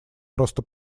просто